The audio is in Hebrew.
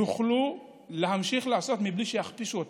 יוכלו להמשיך לעשות בלי שיכפישו אותם.